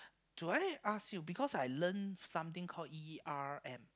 do I ask you because I learned something called E_R_M